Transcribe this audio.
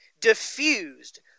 diffused